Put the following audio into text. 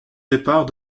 départ